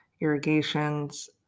irrigations